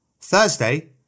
Thursday